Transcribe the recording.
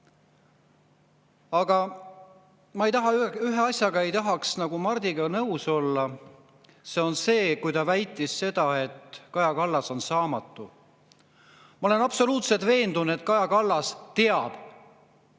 Aga ma ei tahaks ühes asjas Mardiga nõus olla. See on see, kui ta väitis, et Kaja Kallas on saamatu. Ma olen absoluutselt veendunud, et Kaja Kallas teab,